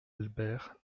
albert